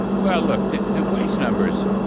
well, look, the wage numbers,